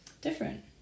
different